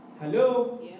Hello